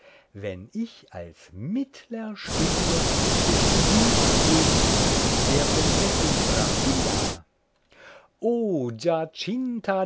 wenn ich als mittler stünde zwischen dir und der prinzessin brambilla o